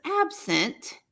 absent